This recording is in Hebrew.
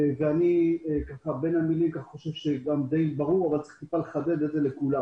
ונראה לי שדי ברור בין המילים אבל חשוב לחדד את זה לכולם